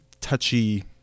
touchy